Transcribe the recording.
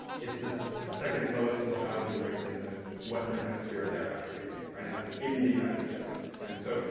it's the the second lowest mortality rates in the western hemisphere there after haiti, right? and that's in the united states. and so,